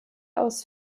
aus